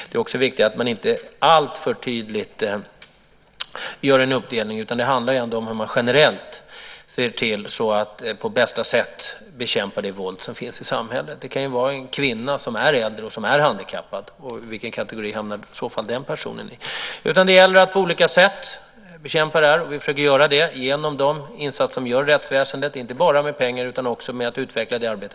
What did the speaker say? Det är också viktigt att inte alltför tydligt göra en uppdelning. Det handlar trots allt om hur vi generellt ska se till att på bästa sätt bekämpa det våld som finns i samhället. Det kan ju till exempel gälla en kvinna som både är äldre och handikappad. Vilken kategori hamnar hon i så fall i? Det gäller alltså att på olika sätt bekämpa detta. Vi försöker göra det genom de insatser som görs inom rättsväsendet, inte bara i form av pengar utan också genom att utveckla arbetet.